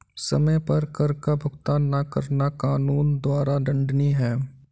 समय पर कर का भुगतान न करना कानून द्वारा दंडनीय है